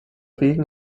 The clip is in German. wegen